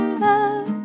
love